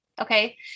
okay